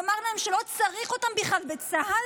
הוא אמר להם שלא צריך אותם בכלל בצה"ל.